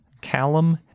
Callum